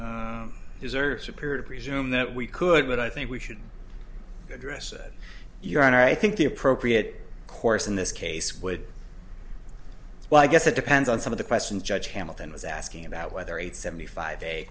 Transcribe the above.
or superior presume that we could but i think we should address it your honor i think the appropriate course in this case would well i guess it depends on some of the questions judge hamilton was asking about whether eight seventy five